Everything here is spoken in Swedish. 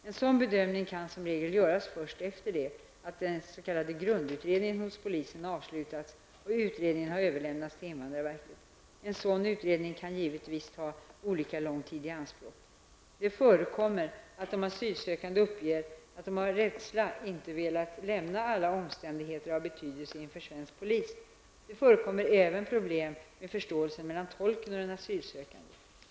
En sådan bedömning kan som regel göras först efter det att den s.k. grundutredningen hos polisen avslutats och utredningen har överlämnats till invandrarverket. En sådan utredning kan givetvis ta olika lång tid i anspråk. Det förekommer att de asylsökande uppger att de av rädsla inte velat nämna alla omständigheter av betydelse inför svensk polis. Det förekommer även problem med förståelse mellan tolken och den asylsökande.